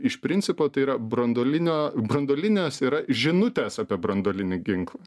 iš principo tai yra branduolinio branduolinės tai yra žinutės apie branduolinį ginklą